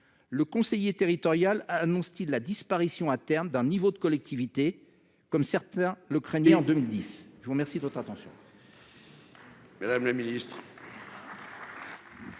conseiller territorial annonce-t-il la disparition à terme d'un niveau de collectivité, comme certains le craignaient en 2010 ? La parole est à Mme